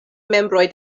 membroj